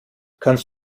kannst